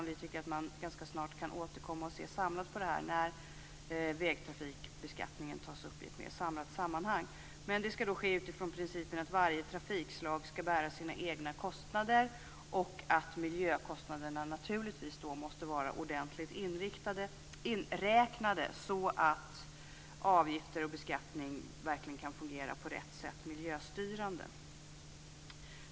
Vi tycker att man ganska snart kan återkomma och se på detta när vägtrafikbeskattningen tas upp i ett mer samlat sammanhang, men det skall då ske utifrån principen att varje trafikslag skall bära sina egna kostnader och att miljökostnaderna måste vara ordentligt inräknade så att avgifter och beskattning verkligen kan fungera miljöstyrande.